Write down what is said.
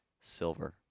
Silver